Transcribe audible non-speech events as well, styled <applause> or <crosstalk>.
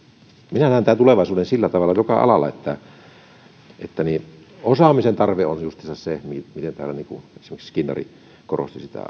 minä näen tämän tulevaisuuden sillä tavalla joka alalla että osaamisen tarve on justiinsa se tärkein kuten täällä esimerkiksi skinnari korosti sitä <unintelligible>